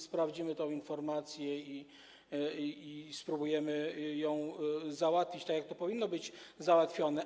Sprawdzimy tę informację i spróbujemy to załatwić tak, jak to powinno być załatwione.